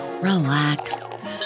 relax